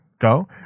go